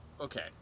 okay